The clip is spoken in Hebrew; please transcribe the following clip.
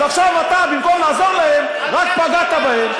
אז עכשיו אתה, במקום לעזור להם, רק פגעת בהם.